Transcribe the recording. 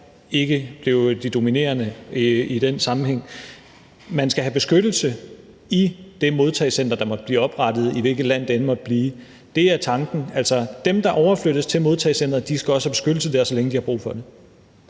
ikke blev de dominerende i den sammenhæng. Man skal have beskyttelse i det modtagecenter, der måtte blive oprettet, i hvilket land det end måtte blive. Det er tanken. Altså, dem, der overflyttes til modtagecenteret, skal også have beskyttelse der, så længe de har brug for det.